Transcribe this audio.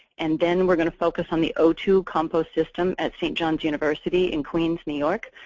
and then we're going to focus on the o two compost system at st. john's university, in queens, new york.